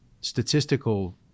statistical